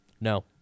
No